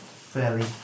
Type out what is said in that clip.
fairly